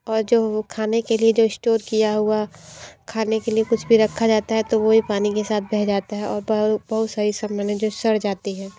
और जो वो खाने के लिए जो इश्टोर किया हुआ खाने के लिए कुछ भी रखा जाता है तो वो भी पानी के साथ बह जाता है और बह बहुत सारी सामान है जो सड़ जाती है